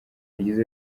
yagize